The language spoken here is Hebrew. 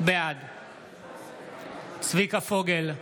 בעד צביקה פוגל,